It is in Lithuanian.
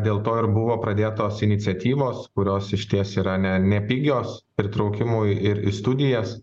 dėl to ir buvo pradėtos iniciatyvos kurios išties yra ne nepigios pritraukimui ir į studijas